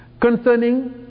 Concerning